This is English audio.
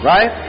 Right